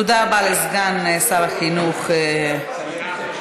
תודה רבה לסגן שר החינוך פרוש.